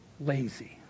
lazy